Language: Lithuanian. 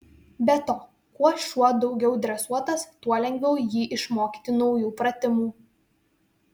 be to kuo šuo daugiau dresuotas tuo lengviau jį išmokyti naujų pratimų